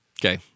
Okay